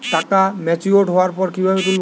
টাকা ম্যাচিওর্ড হওয়ার পর কিভাবে তুলব?